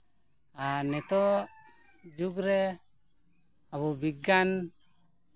ᱟᱨ ᱱᱤᱛᱳᱜ ᱡᱩᱜᱽ ᱨᱮ ᱟᱵᱚ ᱵᱤᱜᱽᱜᱟᱱ